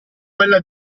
quella